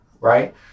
Right